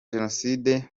jenoside